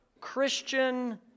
Christian